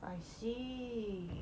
I see